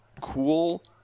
cool